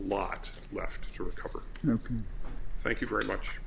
lot left to recover thank you very much